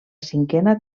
cinquena